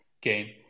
game